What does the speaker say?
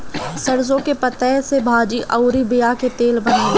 सरसों के पतइ से भाजी अउरी बिया के तेल बनेला